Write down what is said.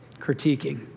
critiquing